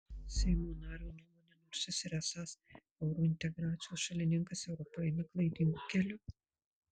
seimo nario nuomone nors jis ir esąs eurointegracijos šalininkas europa eina klaidingu keliu